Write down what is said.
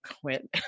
quit